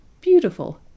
Beautiful